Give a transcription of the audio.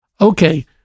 Okay